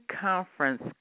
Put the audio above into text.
conference